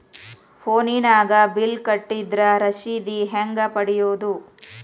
ಫೋನಿನಾಗ ಬಿಲ್ ಕಟ್ಟದ್ರ ರಶೇದಿ ಹೆಂಗ್ ಪಡೆಯೋದು?